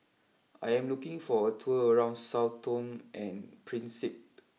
I am looking for a tour around Sao Tome and Principe